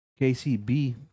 KCB